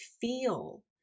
feel